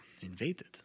invaded